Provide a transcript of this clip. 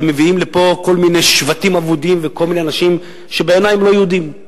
ומביאים לפה כל מיני שבטים אבודים וכל מיני אנשים שבעיני אינם יהודים.